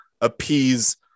appease